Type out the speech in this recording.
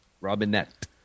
Robinette